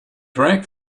drank